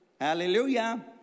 Hallelujah